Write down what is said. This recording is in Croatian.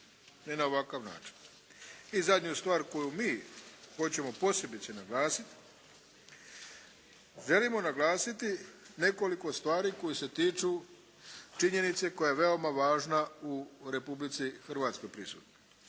I zadnju stvar koju mi hoćemo posebice naglasiti, želimo naglasiti nekoliko stvari koje se tiču činjenice koja je veoma važna u Republici Hrvatskoj prisutna.